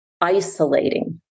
isolating